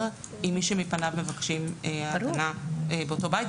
עם מי שמפניו מבקשים הגנה באותו בית.